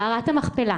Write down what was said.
מערכת המכפלה,